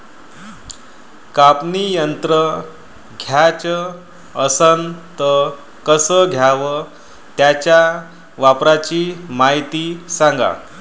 कापनी यंत्र घ्याचं असन त कस घ्याव? त्याच्या वापराची मायती सांगा